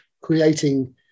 creating